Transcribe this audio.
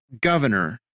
governor